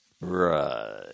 Right